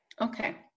Okay